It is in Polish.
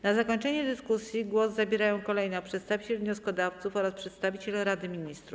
Na zakończenie dyskusji głos zabierają kolejno przedstawiciel wnioskodawców oraz przedstawiciele Rady Ministrów.